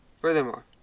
Furthermore